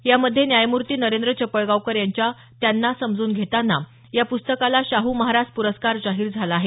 यामध्ये न्यायमूर्ती नरेंद्र चपळगावकर यांच्या त्यांना समजून घेताना या पुस्तकाला शाह महाराज पुरस्कार जाहीर झाला आहे